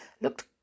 looked